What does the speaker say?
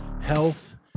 health